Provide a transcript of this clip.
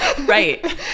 right